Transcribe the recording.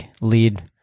Lead